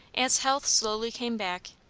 as health slowly came back,